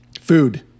Food